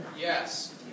Yes